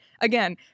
again